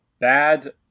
bad